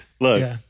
Look